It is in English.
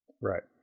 right